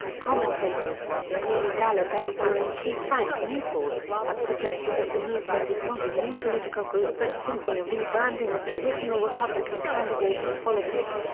commentators, including gallup editor-in-chief frank newport, have suggested that the movement is not a new political group but simply a re-branding of traditional republican candidates and policies.